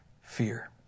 fear